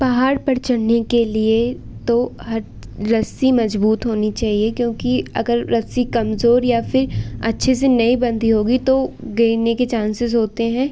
पहाड़ पर चढ़ने के लिए तो हट रस्सी मज़बूत होनी चाहिए क्योंकि अगर रस्सी कमज़ोर या फ़िर अच्छे से नहीं बंधी होगी तो गिरने के चांसेज़ होते हैं